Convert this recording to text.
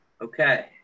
Okay